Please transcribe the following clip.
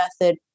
method